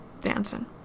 dancing